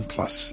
Plus